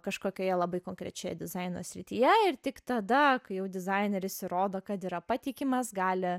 kažkokioje labai konkrečioje dizaino srityje ir tik tada kai jau dizaineris įrodo kad yra patikimas gali